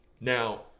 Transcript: Now